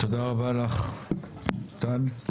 תודה רבה לך, טל.